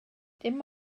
dim